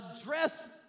address